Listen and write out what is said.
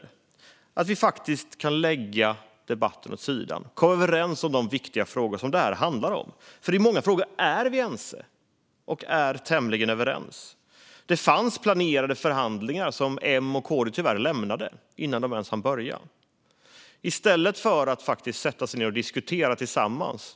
Jag önskar att vi faktiskt kan lägga debatten åt sidan och komma överens i de viktiga frågor som det här handlar om. I många frågor är vi tämligen ense. Det fanns planerade förhandlingar som M och KD tyvärr lämnade innan de ens hann börja, i stället för att faktiskt sätta sig ned och diskutera tillsammans.